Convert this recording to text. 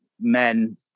men